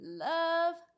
love